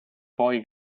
poi